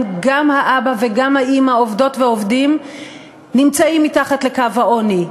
גם האבא וגם האימא עובדות ועובדים נמצאות מתחת לקו העוני,